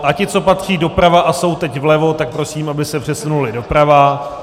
A ty, co patří doprava a jsou teď vlevo, prosím, aby se přesunuli doprava.